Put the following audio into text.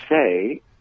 say